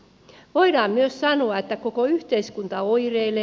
voidaan myös sanoa että koko yhteiskunta oireilee